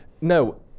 no